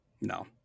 no